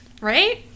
right